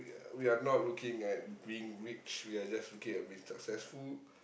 we are we are not looking at being rich we are just looking at being successful